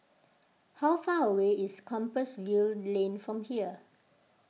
how far away is Compassvale Lane from here